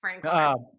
Frank